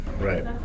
Right